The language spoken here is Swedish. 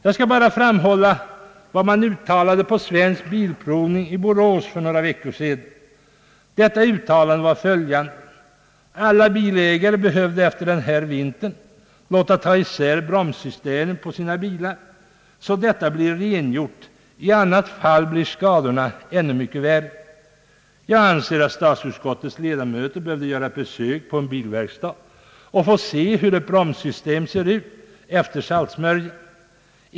Jag vill framhålla vad Svensk bilprovning i Borås uttalade för några veckor sedan, nämligen att alla bilägare efter den här vintern behövde låta ta isär bromssystemet på sina bilar för att få det rengjort. I annat fall kommer skadorna att bli ännu mycket större. Jag anser att statsutskottets ledamöter borde göra ett besök på en bilverkstad för att få se hur ett bromssystem ser ut efter saltsmörjan.